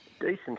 Decent